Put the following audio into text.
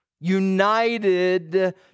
United